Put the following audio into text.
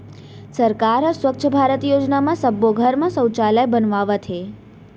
सरकार ह स्वच्छ भारत योजना म सब्बो घर म सउचालय बनवावत हे